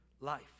life